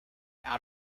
out